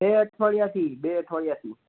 બે અઠવાડિયાથી બે અઠવાડિયાથી